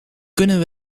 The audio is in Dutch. kunnen